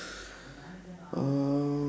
uh